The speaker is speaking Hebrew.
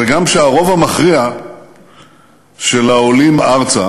וגם שהרוב המכריע של העולים ארצה